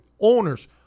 owners